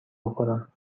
بخورم